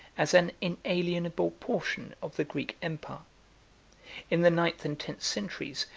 as an inalienable portion of the greek empire in the ninth and tenth centuries,